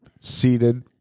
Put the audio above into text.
seated